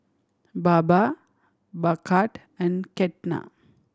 Baba Bhagat and Ketna